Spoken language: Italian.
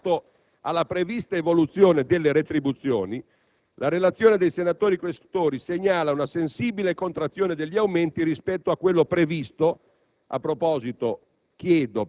Quanto alla prevista evoluzione delle retribuzioni, la relazione dei senatori Questori segnala una sensibile contrazione degli aumenti rispetto a quanto previsto nel